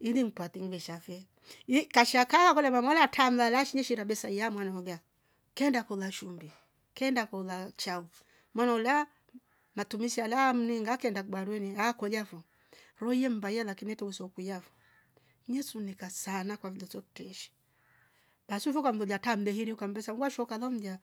ili mpate ngeshafe ii kashaka holema ngola tamla lashnishi ra besa liamwana ia mwana waolia kienda kula shumbia. kenda kula shamfu mwana ula matumizi ya ana mninga kenda kubaninwe akuliarfo rweiam mbayela lakini tunso kwiafo nisunika sana kwa mlotese teishi basi uvuka mlolia tambe hiri ukamndosa washuka lomlia.